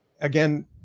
Again